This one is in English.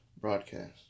broadcast